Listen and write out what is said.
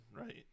right